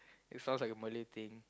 it sounds like a Malay thing